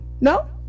No